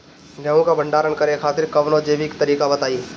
गेहूँ क भंडारण करे खातिर कवनो जैविक तरीका बताईं?